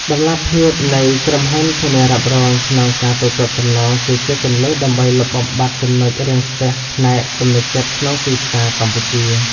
តម្លាភាពនៃក្រុមហ៊ុនធានារ៉ាប់រងក្នុងការទូទាត់សំណង គឺជាគន្លឹះដើម្បីលុបបំបាត់ចំណុចរាំងស្ទះផ្នែកទំនុកចិត្តក្នុងទីផ្សារកម្ពុជា។